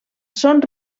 són